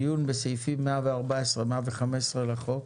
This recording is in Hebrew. דיון בסעיפים 114 115 לחוק.